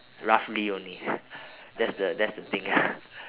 roughly only that's the that's the thing